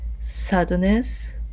sadness